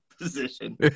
position